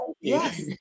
yes